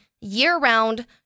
year-round